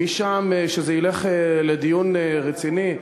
ומשם שזה ילך לדיון רציני.